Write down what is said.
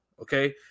Okay